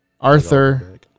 Arthur